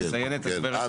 מציינת --- אה,